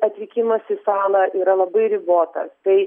atvykimas į salą yra labai ribotas tai